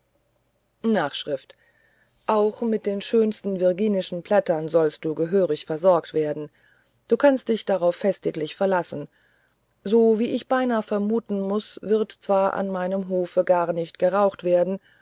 s auch mit den schönsten virginischen blättern sollst du gehörig versorgt werden du kannst dich darauf festiglich verlassen so wie ich beinahe vermuten muß wird zwar an meinem hofe gar nicht geraucht werden